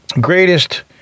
greatest